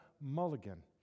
mulligan